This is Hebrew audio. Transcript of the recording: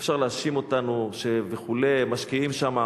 אפשר להאשים אותנו, וכו', שמשקיעים שם.